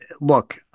look